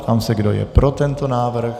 Ptám se, kdo je pro tento návrh.